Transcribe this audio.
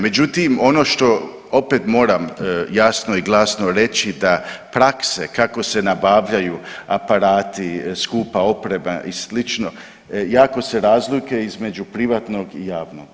Međutim, ono što opet moram jasno i glasno reći da prakse kako se nabavljaju aparati, skupa oprema i slično jako se razlikuju između privatnog i javnog.